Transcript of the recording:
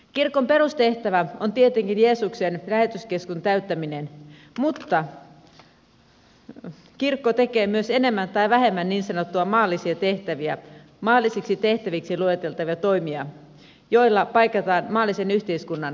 kirkon perustehtävä on tietenkin jeesuksen lähetyskäskyn täyttäminen mutta kirkko tekee myös enemmän tai vähemmän niin sanottuja maallisia tehtäviä maallisiksi tehtäviksi lueteltavia toimia joilla paikataan maallisen yhteiskunnan palveluverkkoa